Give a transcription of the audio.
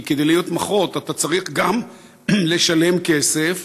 כי כדי להתמחות אתה צריך גם לשלם כסף